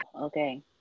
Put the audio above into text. Okay